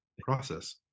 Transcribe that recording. process